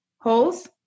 holes